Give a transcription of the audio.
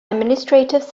administrative